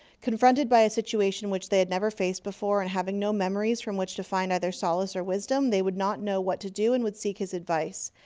confronted by a situation which they had never faced before, and having no memo ries from which to find either solace or wisdom, they would not know what to do and would seek his advice.